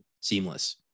seamless